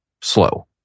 slow